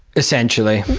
essentially.